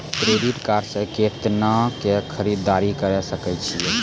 Credit card से कितना के खरीददारी करे सकय छियै?